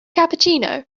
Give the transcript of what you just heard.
cappuccino